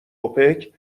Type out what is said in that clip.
اوپک